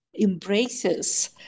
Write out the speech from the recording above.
embraces